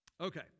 okay